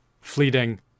fleeting